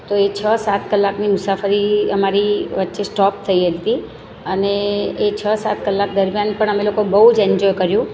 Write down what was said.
તો એ છ સાત કલાકની મુસાફરી અમારી વચ્ચે સ્ટોપ થઈ હતી અને એ છ સાત કલાક દરમિયાન પણ અમે લોકોએ બહુ જ એન્જોય કર્યું